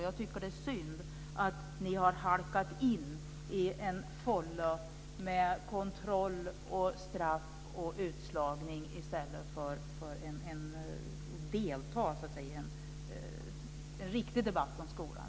Jag tycker att det är synd att ni har halkat in i en fålla med kontroll, straff och utslagning i stället för att delta i en riktig debatt om skolan.